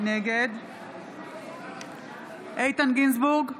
נגד איתן גינזבורג,